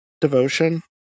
devotion